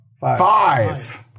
Five